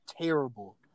terrible